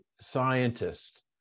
scientists